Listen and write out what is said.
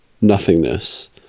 nothingness